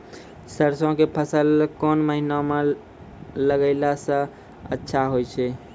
सरसों के फसल कोन महिना म लगैला सऽ अच्छा होय छै?